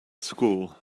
school